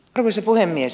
arvoisa puhemies